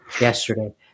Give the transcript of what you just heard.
yesterday